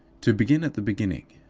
to begin at the beginning.